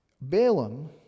Balaam